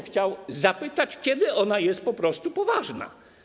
Chciałbym zapytać: Kiedy ona jest po prostu poważna?